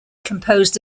composed